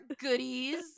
goodies